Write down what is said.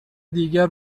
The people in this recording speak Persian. دیگر